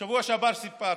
בשבוע שעבר סיפרתי: